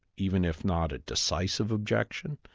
even if not a decisive objection,